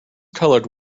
colored